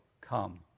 come